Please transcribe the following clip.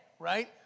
right